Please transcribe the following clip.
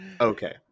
Okay